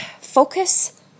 focus